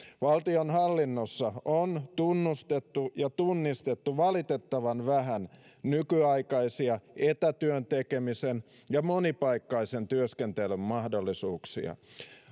valtionhallinnossa on tunnustettu ja tunnistettu valitettavan vähän nykyaikaisia etätyön tekemisen ja monipaikkaisen työskentelyn mahdollisuuksia